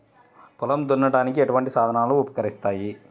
పొలం దున్నడానికి ఎటువంటి సాధనలు ఉపకరిస్తాయి?